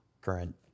current